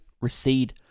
recede